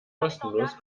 kostenlos